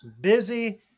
busy